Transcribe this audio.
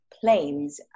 planes